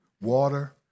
Water